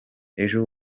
ejo